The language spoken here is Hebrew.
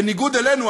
בניגוד אלינו,